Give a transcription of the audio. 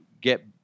get